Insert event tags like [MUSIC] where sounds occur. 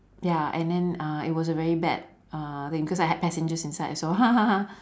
ya and then uh it was a very bad uh thing because I had passengers inside also [LAUGHS]